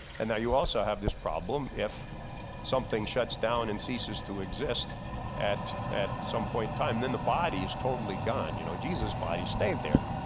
and now you also have this problem if something shuts down and ceases to exist at at some point in time, then the body is totally gone. you know jesus body stayed there.